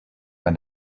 when